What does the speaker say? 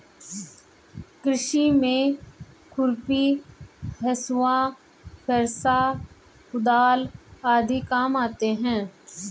कृषि में खुरपी, हँसुआ, फरसा, कुदाल आदि काम आते है